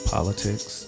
Politics